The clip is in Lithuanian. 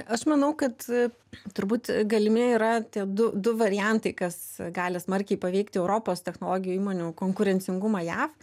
aš manau kad turbūt galimi yra tie du du variantai kas gali smarkiai paveikti europos technologijų įmonių konkurencingumą jav